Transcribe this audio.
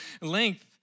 length